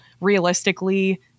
Realistically